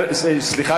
סליחה,